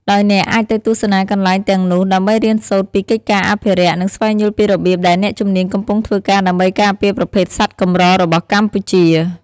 ដោយអ្នកអាចទៅទស្សនាកន្លែងទាំងនោះដើម្បីរៀនសូត្រពីកិច្ចការអភិរក្ស និងស្វែងយល់ពីរបៀបដែលអ្នកជំនាញកំពុងធ្វើការដើម្បីការពារប្រភេទសត្វកម្ររបស់កម្ពុជា។